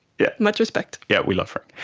yeah much respect. yeah, we love drake.